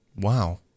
Wow